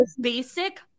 basic